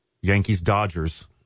Yankees-Dodgers